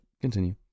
continue